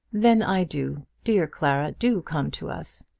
then i do. dear clara, do come to us.